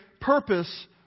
purpose